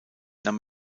nahm